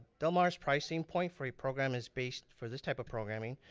del mar's pricing point for a program is based for this type of programming,